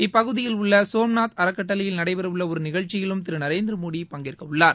இப்பகுதியில் உள்ள சோம்நாத் அறக்கட்டளையில் நடைபெறவுள்ள ஒரு நிகழ்ச்சியிலும் திரு நரேந்திரமோடி பங்கேற்கவுள்ளார்